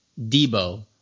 Debo